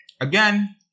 again